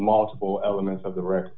multiple elements of the re